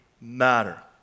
matter